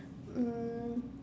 um